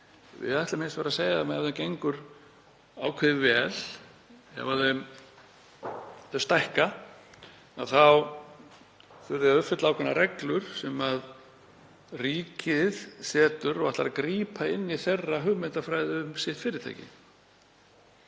Við ætlum hins vegar að segja að ef þeim gengur ákveðið vel, ef þau stækka, þá þurfi að uppfylla ákveðnar reglur sem ríkið setur og ætlar að grípa inn í hugmyndafræði þeirra um fyrirtækið